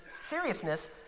seriousness